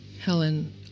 Helen